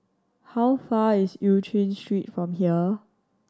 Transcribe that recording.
how far is Eu Chin Street from here